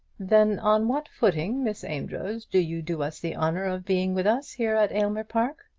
then on what footing, miss amedroz, do you do us the honour of being with us here at aylmer park?